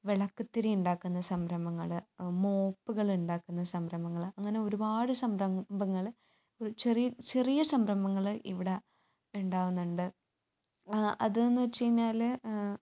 വിളക്കുതിരി ഇണ്ടാക്കുന്ന സംരംഭങ്ങൾ മോപ്പുകളുണ്ടാക്കുന്ന സംരംഭങ്ങൾ അങ്ങനെ ഒരുപാട് സംരംഭങ്ങൾ ചെറിയ ചെറിയ സംരംഭങ്ങൾ ഇവിടെ ഉണ്ടാവുന്നുണ്ട് അതെന്ന് വെച്ചു കഴിഞ്ഞാൽ